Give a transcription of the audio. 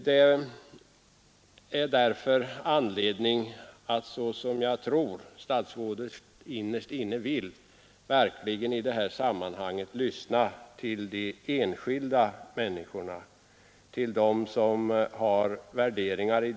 Det är därför anledning att, såsom jag tror att statsrådet innerst inne vill, verkligen i detta sammanhang lyssna till de enskilda människornas värderingar.